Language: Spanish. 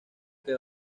que